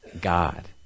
God